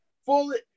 Fully